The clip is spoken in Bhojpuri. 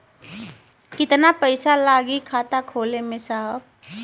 कितना पइसा लागि खाता खोले में साहब?